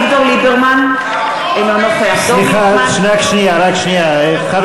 ליברמן, אינו נוכח דב